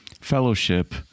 fellowship